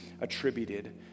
attributed